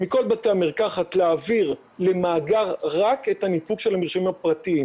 מכל בתי המרקחת להעביר למאגר רק את הניפוק של המרשמים הפרטיים